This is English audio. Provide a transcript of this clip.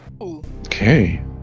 Okay